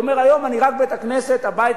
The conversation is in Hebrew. הוא אומר: היום אני רק בית-הכנסת הביתה,